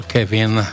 Kevin